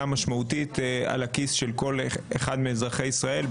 משמעותית על הכיס של כל אחד מאזרחי ישראל,